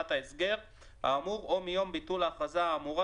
ההסגר האמור או מיום ביטול ההכרזה האמורה,